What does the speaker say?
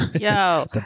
Yo